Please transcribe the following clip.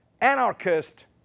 anarchist